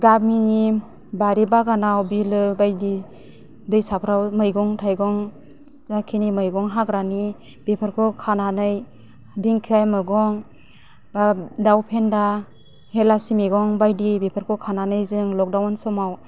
गामिनि बारि बागानाव बिलो बायदि दैसाफ्राव मैगं थाइगं जाखिनि मैगं हाग्रानि बेफोरखौ खानानै दिंखिया मैगं बा दाउ फेनदा हेलासि मैगं बायदि बेफोरखौ खानानै जों लकडाउन समाव